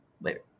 later